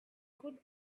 good